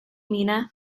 mina